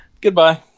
goodbye